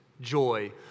Joy